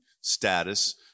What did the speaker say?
status